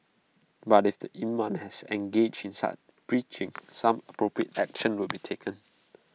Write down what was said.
but if the imam had engaged in such preaching some appropriate action will be taken